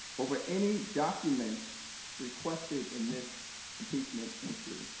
over any document requested in this impeachment inquiry